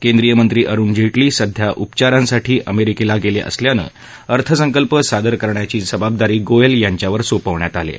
केंद्रीय मंत्री अरुण जेटली सध्या उपचारांसाठी अमेरिकेला गेले असल्यानं अर्थसंकल्प सादर करण्याची जबाबदारी गोयल यांच्यावर सोपवण्यात आली आहे